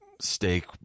steak